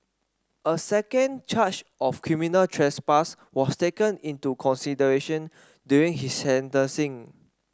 a second charge of criminal trespass was taken into consideration during his sentencing